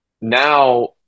now